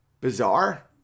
bizarre